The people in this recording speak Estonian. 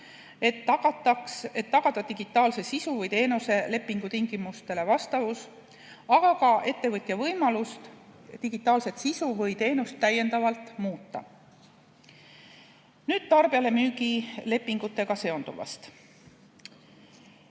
et tagada digitaalse sisu või teenuse lepingu tingimustele vastavus, kui ka ettevõtja võimalust digitaalset sisu või teenust täiendavalt muuta. Nüüd tarbijalemüügi lepingutega seonduvast.